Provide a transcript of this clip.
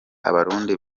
abarundi